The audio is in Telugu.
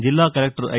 జిల్లా కలెక్టర్ ఐ